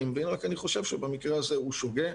אני חושב שבמקרה הזה הוא שוגה.